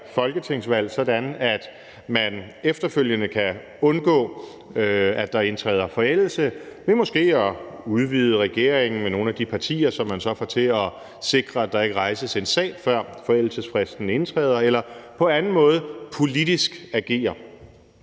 at man efterfølgende kan opnå, at der indtræder forældelse, ved måske at udvide regeringen med nogle partier, som man så får til at sikre, at der ikke kan rejses en sag, før forældelsesfristen indtræder, eller på anden måde politisk agere.